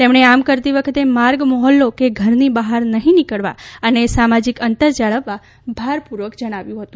તેમણે આમ કરતી વખતે માર્ગ મોહલ્લો કે ઘરની બહાર નહીં નિકળવા અને સામાજિક અંતર જાળવવા ભારપૂર્વક જણાવ્યું છે